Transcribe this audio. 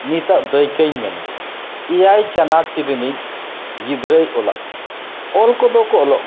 ᱱᱤᱛᱟᱜ ᱫᱟᱹᱭᱠᱟᱹᱧ ᱢᱮᱱᱟ ᱮᱭᱟᱭ ᱪᱟᱱᱟᱪ ᱨᱤᱱᱤᱡ ᱜᱤᱫᱽᱨᱟᱹᱭ ᱚᱞᱚᱜ ᱠᱟᱱᱟ ᱚᱞ ᱠᱚᱫᱚ ᱠᱚ ᱚᱞᱚᱜ ᱠᱟᱱᱟ